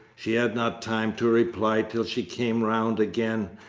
she had not time to reply till she came round again,